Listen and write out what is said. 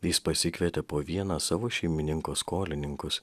jis pasikvietė po vieną savo šeimininko skolininkus